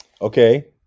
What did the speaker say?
okay